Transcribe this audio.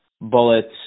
bullets